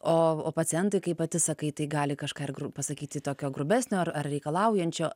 o o pacientai kaip pati sakai tai gali kažką ir gru gali pasakyti tokio grubesnio ar ar reikalaujančio